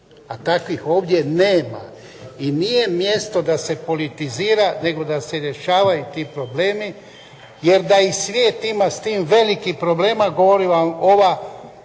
a takvih ovdje nema i nije mjesto da politizira nego da se rješavaju ti problemi jer da i svijet ima s time velikih problema govori vam ova